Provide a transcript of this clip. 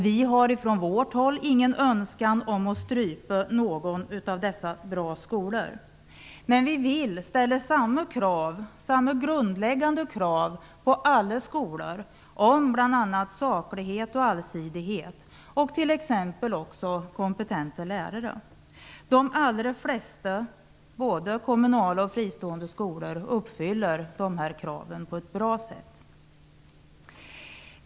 Vi från vårt håll har ingen önskan att strypa några av dessa bra skolor. Men vi vill ställa samma grundläggande krav på alla skolor när det gäller bl.a. allsidighet och saklighet och t.ex. också kompetenta lärare. De allra flesta, både kommunala och fristående skolor, uppfyller dessa krav på ett bra sätt.